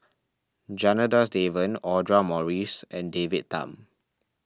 Janadas Devan Audra Morrice and David Tham